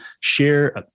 share